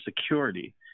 security